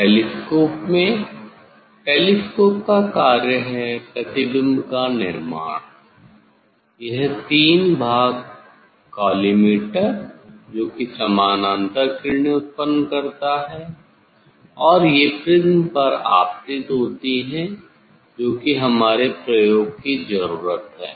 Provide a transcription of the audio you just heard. telescope में telescope का कार्य है प्रतिबिंब का निर्माण यह तीन भाग कॉलीमेटर जो की समानांतर किरणें उत्पन्न करता है और ये प्रिज़्म पर आपतित होती है जो कि हमारे प्रयोग की जरूरत है